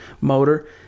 motor